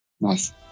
Nice